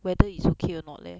whether it's okay or not leh